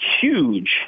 huge